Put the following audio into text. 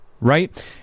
right